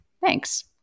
Thanks